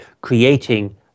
creating